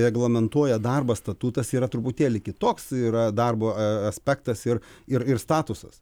reglamentuoja darbo statutas yra truputėlį kitoks yra darbo aspektas ir ir ir statusas